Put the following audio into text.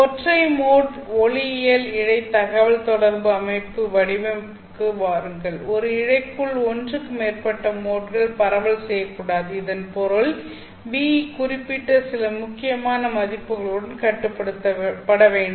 ஒற்றை மோட் ஒளியியல் இழை தகவல்தொடர்பு அமைப்பு வடிவமைப்புக்கு வாருங்கள் ஒரு இழைக்குள் ஒன்றுக்கு மேற்பட்ட மோட்கள் பரவல் செய்யக்கூடாது இதன் பொருள் V குறிப்பிட்ட சில முக்கியமான மதிப்புகளுடன் கட்டுப்படுத்தப்பட வேண்டும்